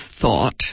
thought